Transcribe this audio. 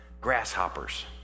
grasshoppers